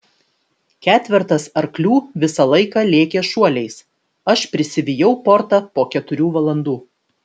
ketvertas arklių visą laiką lėkė šuoliais aš prisivijau portą po keturių valandų